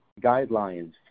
guidelines